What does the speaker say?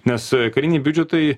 nes kariniai biudžetai